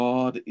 God